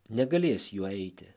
negalės juo eiti